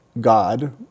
God